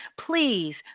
please